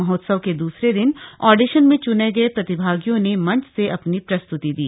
महोत्सव के द्रसरे दिन ऑडिशन में च्ने गए प्रतिभागियों ने मंच से अपनी प्रस्त्ति दी